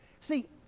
See